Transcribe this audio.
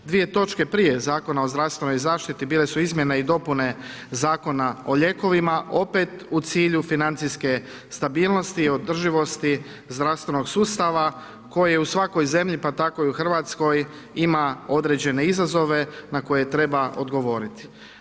Dvije točke prije Zakona o zdravstvenoj zaštiti bile su izmjene i dopune Zakona o lijekovima opet u cilju financijske stabilnosti, održivosti zdravstvenog sustava koje u svakoj zemlji, pa tako i u RH ima određene izazove na koje treba odgovoriti.